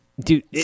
Dude